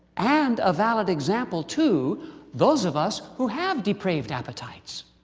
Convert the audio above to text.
and a valid example to those of us who have depraved appetites?